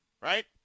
right